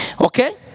Okay